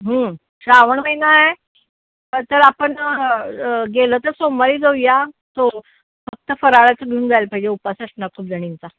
श्रावण महिना आहे तर आपण गेलं तर सोमवारी जाऊया हो फक्त फराळाचं घेऊन जायला पाहिजे उपास असणार खूप जणींचा